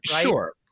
sure